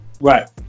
Right